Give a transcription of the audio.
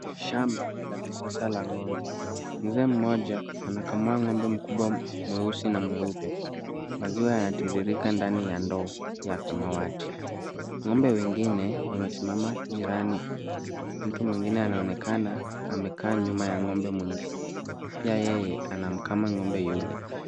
Shamba la kisasa la ng'ombe ,mzee mmoja anakamua ng'ombe mkubwa mweusi na mweupe, maziwa yanatiririka ndani ya ndoo ya samawati, ng'ombe wengine wamesimama jirani ,mtu mwingine anaonekana amekaa nyuma ya ng'ombe mwingine, pia yeye anamkama ng'ombe yule.